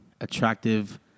attractive